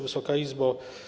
Wysoka Izbo!